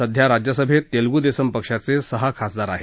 सध्या राज्यसभेत तेलगू देसम पक्षाचे सहा खासदार आहेत